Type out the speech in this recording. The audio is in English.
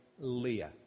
Leah